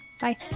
Bye